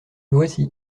voici